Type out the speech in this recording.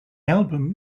album